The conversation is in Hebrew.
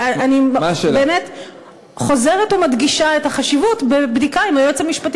אני באמת חוזרת ומדגישה את החשיבות בבדיקה עם היועץ המשפטי